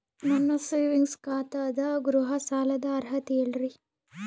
ನನ್ನ ಸೇವಿಂಗ್ಸ್ ಖಾತಾ ಅದ, ಗೃಹ ಸಾಲದ ಅರ್ಹತಿ ಹೇಳರಿ?